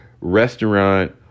restaurant